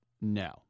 No